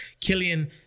Killian